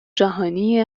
جهانی